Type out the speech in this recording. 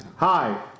Hi